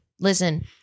listen